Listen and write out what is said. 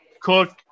Cook